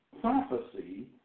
prophecy